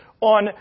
on